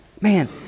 man